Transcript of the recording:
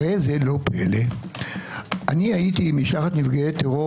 ראה זה לא פלא הייתי עם משלחת נפגעי טרור